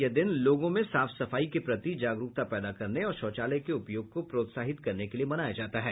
यह दिन लोगों में साफ सफाई के प्रति जागरूकता पैदा करने और शौचालय के उपयोग को प्रोत्साहित करने के लिए मनाया जाता है